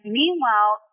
meanwhile